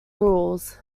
rules